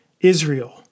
Israel